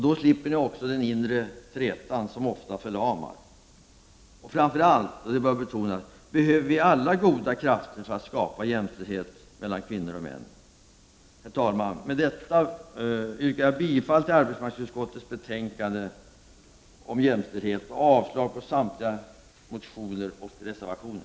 Då slipper ni också den inre trätan som ofta förlamar. Framför allt — och det bör betonas — behöver vi alla goda krafter för att skapa jämställdhet mellan kvinnor och män. Herr talman! Med detta yrkar jag bifall till arbetsmarknadsutskottets hemställan i dess betänkande om jämställdhet och avslag på samtliga motioner och reservationer.